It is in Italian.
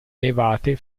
elevate